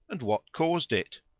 and what caused it?